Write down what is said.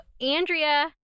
Andrea